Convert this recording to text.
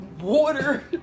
water